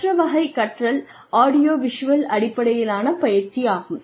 மற்ற வகை கற்றல் ஆடியோவிஷுவல் அடிப்படையிலான பயிற்சி ஆகும்